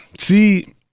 See